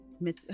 Miss